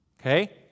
Okay